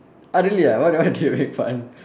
ah really why why do they make fun